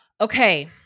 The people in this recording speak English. Okay